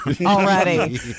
Already